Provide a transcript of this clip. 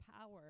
power